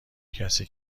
کسی